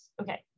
Okay